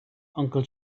uncle